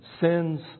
Sins